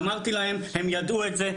אמרתי להם, הם ידעו את זה.